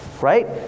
right